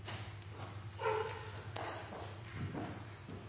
Takk for